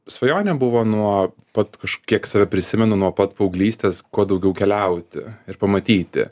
svajonė buvo nuo pat kažkiek save prisimenu nuo pat paauglystės kuo daugiau keliauti ir pamatyti